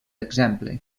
exemple